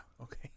okay